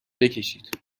بکشید